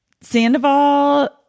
Sandoval